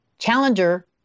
challenger